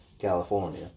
California